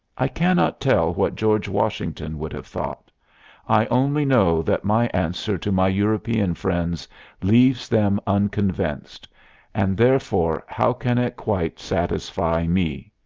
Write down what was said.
i cannot tell what george washington would have thought i only know that my answer to my european friends leaves them unconvinced and therefore how can it quite satisfy me?